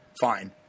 fine